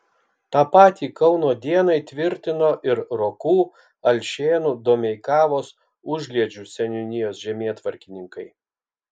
tą patį kauno dienai tvirtino ir rokų alšėnų domeikavos užliedžių seniūnijos žemėtvarkininkai